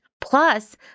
Plus